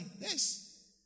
Yes